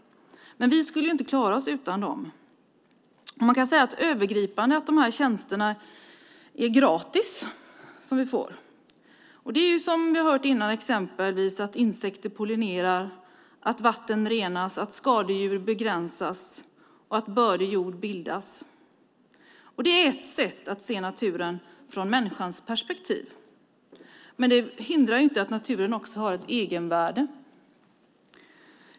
Men vi skulle inte klara oss utan dem. Man kan övergripande säga att de tjänster som vi får är gratis. Som vi har hört tidigare handlar det exempelvis om att insekter pollinerar, att vatten renas, att skadedjur begränsas och att bördig jord bildas. Det är ett sätt att se naturen från människans perspektiv, men det hindrar inte att naturen också har ett egenvärde.